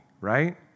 Right